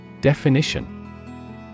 Definition